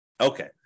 Okay